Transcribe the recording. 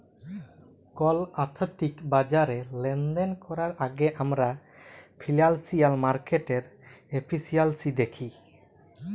call আথ্থিক বাজারে লেলদেল ক্যরার আগে আমরা ফিল্যালসিয়াল মার্কেটের এফিসিয়াল্সি দ্যাখি